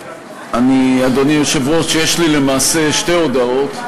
אדוני היושב-ראש, יש לי למעשה שתי הודעות.